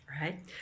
right